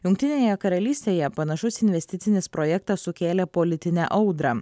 jungtinėje karalystėje panašus investicinis projektas sukėlė politinę audrą